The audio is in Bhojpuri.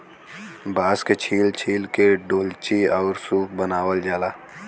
बांस के छील छील के डोल्ची आउर सूप बनावल जाला